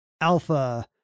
alpha